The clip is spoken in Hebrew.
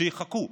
שיחכו.